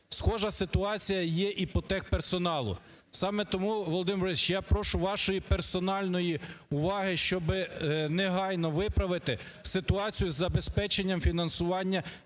Схожа ситуація є і по техперсоналу. Саме тому, Володимир Борисович, я прошу вашої персональної уваги, щоб негайно виправити ситуацію з забезпеченням фінансування